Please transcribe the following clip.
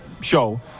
show